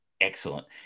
excellent